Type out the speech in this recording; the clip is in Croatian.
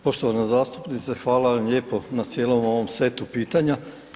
Poštovana zastupnice hvala vam lijepo na cijelom ovom setu pitanja.